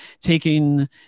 taking